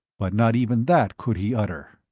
but not even that could he utter.